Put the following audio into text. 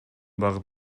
багып